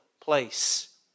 place